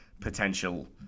potential